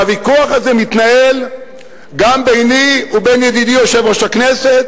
שהוויכוח הזה מתנהל גם ביני ובין ידידי יושב-ראש הכנסת,